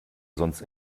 sonst